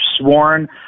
sworn